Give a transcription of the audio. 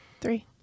three